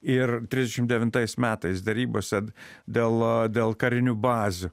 ir trisdešim devintais metais derybose dėl dėl karinių bazių